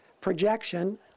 projection